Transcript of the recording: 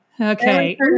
Okay